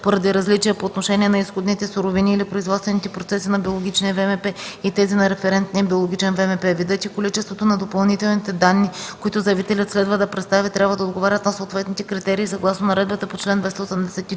поради различие по отношение на изходните суровини или производствените процеси на биологичния ВМП и тези на референтния биологичен ВМП. Видът и количеството на допълнителните данни, които заявителят следва да представи, трябва да отговарят на съответните критерии съгласно наредбата по чл. 284.